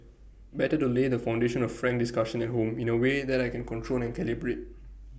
better to lay the foundation of frank discussion at home in A way that I can control and calibrate